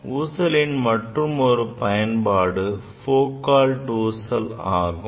ஊசலின் மற்றுமொரு பயன்பாடு Foucault ஊசல் ஆகும்